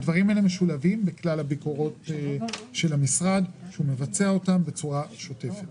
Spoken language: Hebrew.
הדברים האלה משולבים בכלל הביקורות של המשרד שאנחנו מבצעים בצורה שוטפת.